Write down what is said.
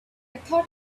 thought